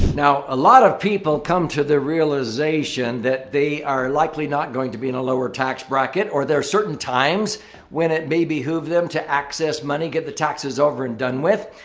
now, a lot of people come to the realization that they are likely not going to be in a lower tax bracket. or there are certain times when it may behoove them to access money, get the taxes over and done with,